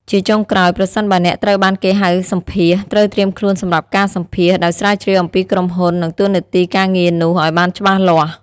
ជាចុងក្រោយ ប្រសិនបើអ្នកត្រូវបានគេហៅសម្ភាសន៍ ត្រូវត្រៀមខ្លួនសម្រាប់ការសម្ភាសន៍ ដោយស្រាវជ្រាវអំពីក្រុមហ៊ុន និងតួនាទីការងារនោះឱ្យបានច្បាស់លាស់។